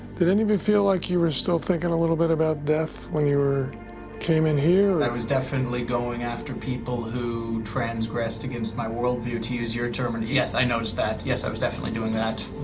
did any of you feel like you were still thinking a little bit about death when you were came in here? i was definitely going after people who transgressed against my worldview to use your terms. yes, i noticed that. yes, i was definitely doing that.